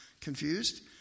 confused